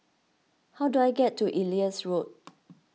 how do I get to Ellis Road